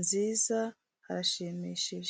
nziza, harashimishije.